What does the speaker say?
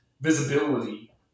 visibility